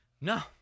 No